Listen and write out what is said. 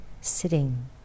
sitting